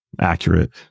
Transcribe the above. accurate